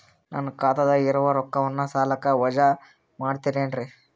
ನನ್ನ ಖಾತಗ ಇರುವ ರೊಕ್ಕವನ್ನು ಸಾಲಕ್ಕ ವಜಾ ಮಾಡ್ತಿರೆನ್ರಿ?